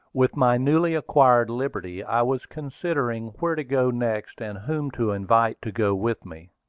with my newly-acquired liberty i was considering where to go next, and whom to invite to go with me.